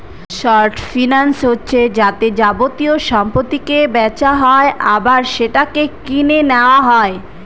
short finance হচ্ছে যাতে যাবতীয় সম্পত্তিকে বেচা হয় আবার সেটাকে কিনে নেওয়া হয়